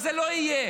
זה לא יהיה.